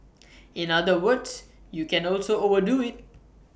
in other words you can also overdo IT